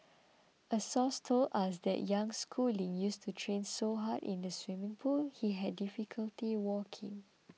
a source told us that young Schooling used to train so hard in the swimming pool he had difficulty walking